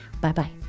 Bye-bye